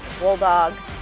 Bulldogs